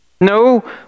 No